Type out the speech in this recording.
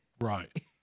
right